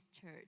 church